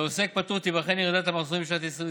לעוסק פטור תיבחן ירידת המחזורים בשנת 2020